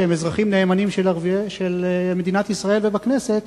שהם אזרחים נאמנים של מדינת ישראל בכנסת,